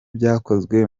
byakozwe